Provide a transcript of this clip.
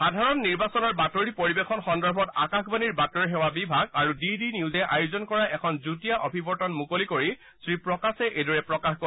সাধাৰণ নিৰ্বাচনৰ বাতৰি পৰিবেশন সন্দৰ্ভত আকাশবাণীৰ বাতৰি সেৱা বিভাগ আৰু ডিডি নিউজে আয়োজন কৰা এখন যুটীয়া অভিৱৰ্তন মুকলি কৰি শ্ৰীপ্ৰকাশে এইদৰে প্ৰকাশ কৰে